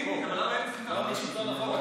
לא בשום מקום אחר.